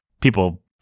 people